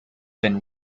been